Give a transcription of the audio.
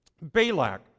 Balak